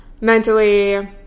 mentally